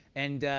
and